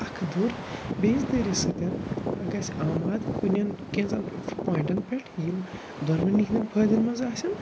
اکھ دوٚر بیٚیِس دٔرِس سۭتٮ۪ن گَژھِ آماد کُنہِ کیٚنٛژن پوانٛٹن پٮ۪ٹھ یِم دۄنوٲنی ہٕنٛدٮ۪ن فٲیدن منٛز آسَن